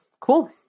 Cool